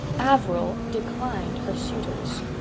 averil declined her suitors.